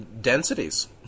densities